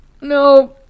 no